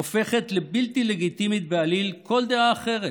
הופכת לבלתי לגיטימית בעליל כל דעה אחרת,